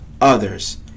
others